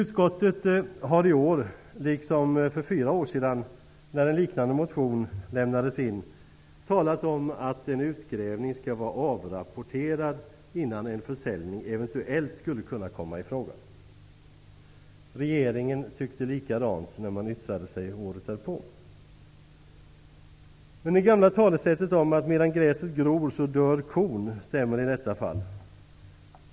Utskottet har i år liksom för fyra år sedan, när en liknande motion väcktes, talat om att en utgrävning skall vara avrapporterad innan en försäljning eventuellt skulle kunna komma i fråga. Regeringen tyckte likadant när den yttrade sig året därpå. Det gamla talesättet om att medan gräset gror dör kon stämmer i detta fall.